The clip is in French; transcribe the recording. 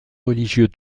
religieux